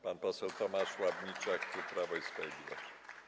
Pan poseł Tomasz Ławniczak, klub Prawo i Sprawiedliwość.